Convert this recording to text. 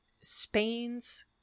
Spain's